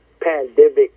Pandemic